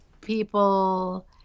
people